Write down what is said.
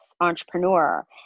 entrepreneur